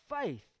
faith